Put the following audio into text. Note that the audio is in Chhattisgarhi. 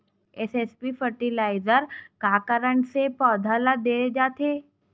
एस.एस.पी फर्टिलाइजर का कारण से पौधा ल दे जाथे?